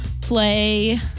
play